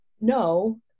no